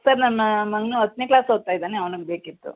sir ನನ್ನ ಮಗ್ನೂ ಹತ್ತನೇ ಕ್ಲಾಸ್ ಓದ್ತಾ ಇದ್ದಾನೆ ಅವ್ನಗೆ ಬೇಕಿತ್ತು